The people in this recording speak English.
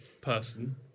person